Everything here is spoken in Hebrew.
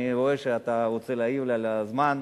אני רואה שאתה רוצה להעיר לי על הזמן,